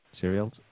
cereals